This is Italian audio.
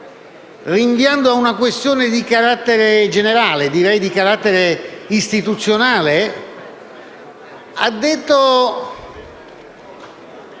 rinviando a una questione di carattere generale, direi istituzionale, ha detto